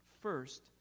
first